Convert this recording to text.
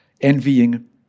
envying